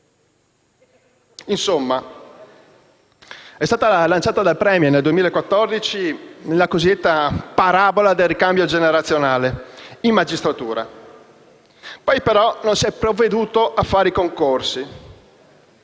nel 2014 è stata lanciata dal *Premier* la cosiddetta parabola del ricambio generazionale in magistratura, poi però non si è provveduto a fare i concorsi,